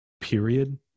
period